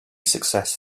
successful